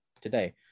today